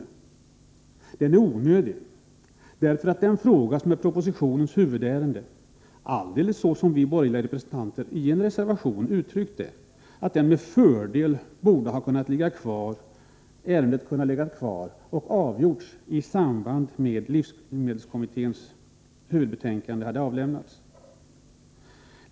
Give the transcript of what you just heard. Propositionen är onödig därför att den fråga som är dess huvudärende med fördel borde — alldeles såsom vi borgerliga i en reservation har uttryckt det — ha legat kvar hos livsmedelskommittén och avgjorts i samband med att kommitténs huvudbetänkande avlämnas.